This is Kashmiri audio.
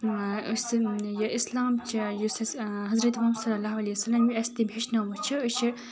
اَسلام چھُ یُس اَسہِ حضرت محمد یہِ تٔمۍ أسۍ ہیٚچھنٲمٕتۍ چھِ